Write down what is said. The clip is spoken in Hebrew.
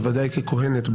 בוודאי ככוהנת,